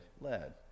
led